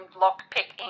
lock-picking